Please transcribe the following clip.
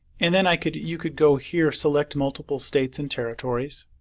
and then i could you could go here select multiple states and territories.